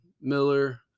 Miller